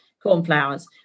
Cornflowers